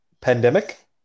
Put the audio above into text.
Pandemic